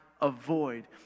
avoid